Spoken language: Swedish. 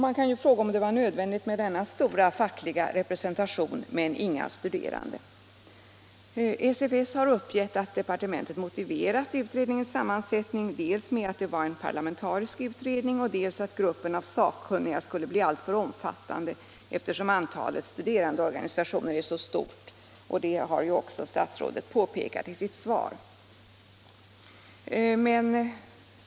Man kan ju fråga om det var nödvändigt med denna stora fackliga representation men inga studerande. SFS har uppgett att departementet motiverat utredningens sammansättning dels med att det var en parlamentarisk utredning, dels med att gruppen av sakkunniga skulle bli alltför omfattande eftersom antalet studerandeorganisationer är så stort. Det har också statsrådet påpekat i sitt svar.